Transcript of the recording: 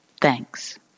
Thanks